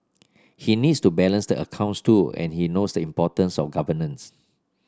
he needs to balance the accounts too and he knows the importance of governance